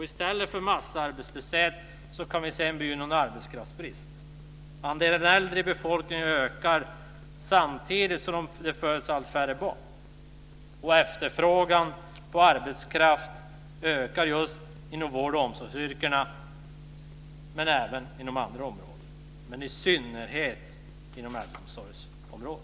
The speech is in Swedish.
I stället för massarbetslöshet kan vi se en begynnande arbetskraftsbrist. Andelen äldre i befolkningen ökar samtidigt som det föds allt färre barn. Efterfrågan på arbetskraft ökar just inom vårdoch omsorgsyrken. De ökar även inom andra områden, men i synnerhet inom äldreomsorgsområdet.